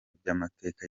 by’amateka